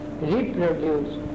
reproduce